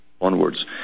onwards